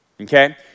okay